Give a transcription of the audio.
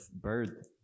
bird